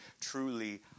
truly